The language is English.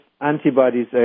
antibodies